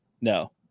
No